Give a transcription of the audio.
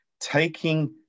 taking